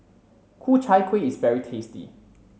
Ku Chai Kueh is very tasty